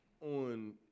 on